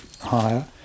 higher